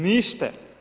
Niste.